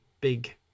big